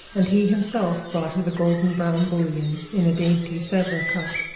and he himself brought her the golden-brown bouillon, in a dainty sevres cup,